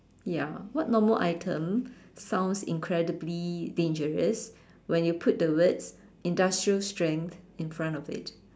ya what normal item sounds incredibly dangerous when you put the words industrial strength in front of it